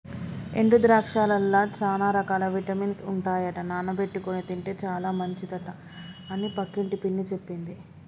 ఎండు ద్రాక్షలల్ల చాల రకాల విటమిన్స్ ఉంటాయట నానబెట్టుకొని తింటే చాల మంచిదట అని పక్కింటి పిన్ని చెప్పింది